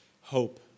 hope